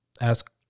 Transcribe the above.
ask